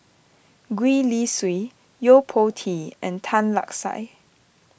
Gwee Li Sui Yo Po Tee and Tan Lark Sye